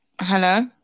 Hello